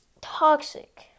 toxic